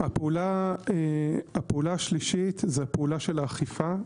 הפעולה השלישית זו האכיפה.